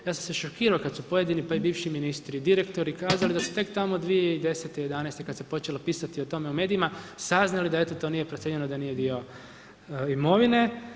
Ja sam se šokirao kad su pojedini, pa i bivši ministri, direktori kazali da se tek tamo 2010., 2011. kad se počelo pisati o tome u medijima saznali da eto to nije procijenjeno, da nije dio imovine.